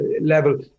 level